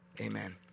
Amen